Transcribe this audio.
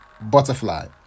butterfly